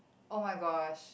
oh-my-gosh